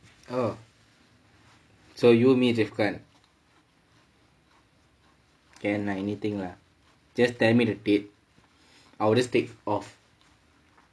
oh so you'll meet with karl can lah anything lah just tell me that date I will just take off